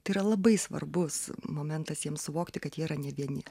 tai yra labai svarbus momentas jiems suvokti kad jie yra ne vieni